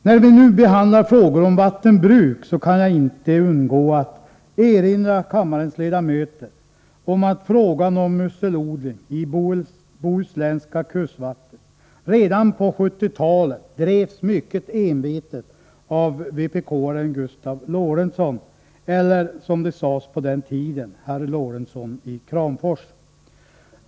När vi nu behandlar frågor om vattenbruk kan jag inte undgå att erinra kammarens ledamöter om att frågan om musselodling i bohuslänska kustvatten redan på 1970-talet drevs mycket envetet av vpk-aren Gustav Lorentzon, eller som han benämndes på den tiden, herr Lorentzon i Kramfors.